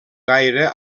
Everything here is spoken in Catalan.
gaire